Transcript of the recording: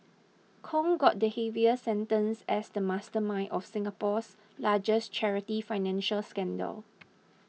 Kong got the heaviest sentence as the mastermind of Singapore's largest charity financial scandal